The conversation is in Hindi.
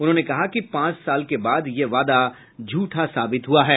उन्होंने कहा कि पांच साल के बाद यह वादा झूठा साबित हुआ है